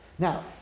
Now